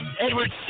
Edward